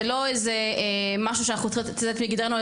זה לא איזה משהו שאנחנו צריכים לצאת מגדרנו,